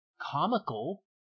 comical